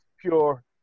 pure